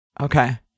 Okay